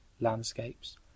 landscapes